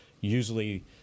usually